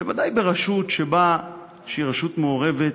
ודאי שברשות שהיא רשות מעורבת